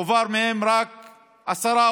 הועברו מהם רק 10%,